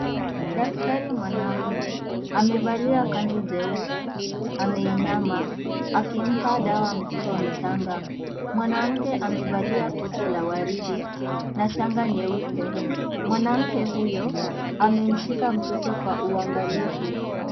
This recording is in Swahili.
Daktari mwanaume amevalia kazu jeupe ameinama akimpa awa mtoto mchanga mwanamke amevalia koti la waridi na shanga nyeupe mwanamke huyo amemshika mtoto kwa .uangalifu